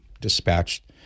dispatched